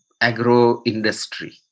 agro-industry